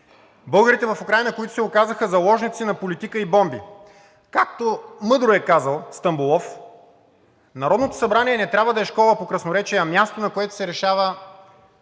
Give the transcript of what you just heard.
българите в Украйна, които се оказаха заложници на политика и бомби. Както мъдро е казал Стамболов, Народното събрание не трябва да е школа по красноречие, а място, на което се решава